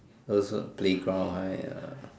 those are playground right